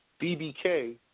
BBK